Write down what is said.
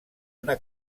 una